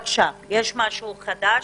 יש משהו חדש?